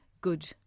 good